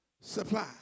supply